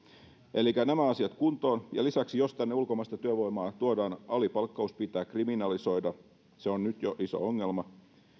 elikkä nämä asiat kuntoon ja lisäksi jos tänne ulkomaista työvoimaa tuodaan alipalkkaus pitää kriminalisoida se on nyt jo iso ongelma